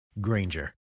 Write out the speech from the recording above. Granger